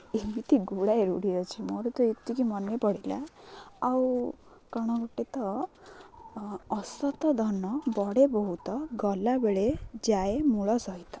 ଏମିତି ଗୁଡ଼ାଏ ରୂଢ଼ି ଅଛି ମୋର ତ ଏତିକି ମନେପଡ଼ିଲା ଆଉ କ'ଣ ଗୋଟେ ତ ଅସତ ଧନ ବଢେ ବହୁତ ଗଲାବେଳେ ଯାଏ ମୂଳ ସହିତ